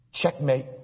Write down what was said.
Checkmate